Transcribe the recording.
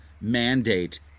mandate